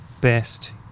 best